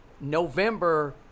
november